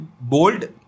bold